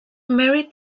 marie